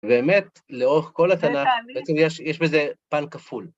באמת, לאורך כל התנ"ך, בעצם יש בזה פן כפול.